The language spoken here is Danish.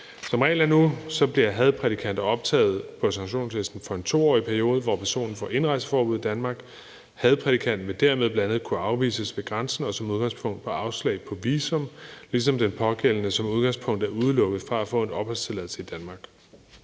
Som reglen er nu, bliver hadprædikanter optaget på sanktionslisten for en 2-årig periode, hvor personen får indrejseforbud i Danmark. Hadprædikanten vil dermed bl.a. kunne afvises ved grænsen og som udgangspunkt få afslag på visum, ligesom den pågældende som udgangspunkt er udelukket fra at få en opholdstilladelse i Danmark.